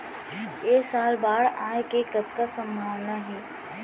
ऐ साल बाढ़ आय के कतका संभावना हे?